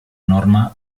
norma